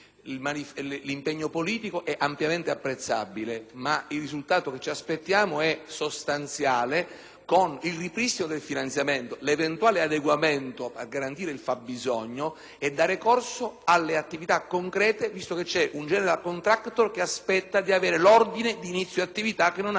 L'impegno politico quindi è ampiamente apprezzabile, ma il risultato che ci aspettiamo diverrà sostanziale con il ripristino del finanziamento e con l'eventuale adeguamento per garantire il fabbisogno e dare corso alle attività concrete, visto che c'è un *general contractor* che aspetta di ricevere l'ordine di inizio attività che non ha